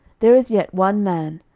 there is yet one man,